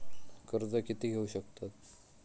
कर्ज कीती घेऊ शकतत?